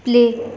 play